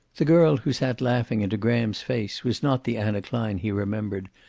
the girl who sat laughing into graham's face was not the anna klein he remembered,